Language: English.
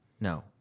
No